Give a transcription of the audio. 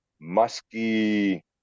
musky